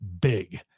big